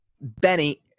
Benny